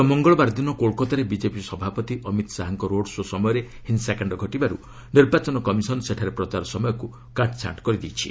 ଗତ ମଙ୍ଗଳବାର ଦିନ କୋଲ୍କତାରେ ବିଜେପି ସଭାପତି ଅମିତ୍ ଶାହାଙ୍କ ରୋଡ୍ ଶୋ' ସମୟରେ ହିସଂକାଣ୍ଡ ଘଟିବାରୁ ନିର୍ବାଚନ କମିଶନ୍ ସେଠାରେ ପ୍ରଚାର ସମୟକ୍ତ କାଟ୍ଛାଣ୍ଟ୍ କରିଦେଇଛି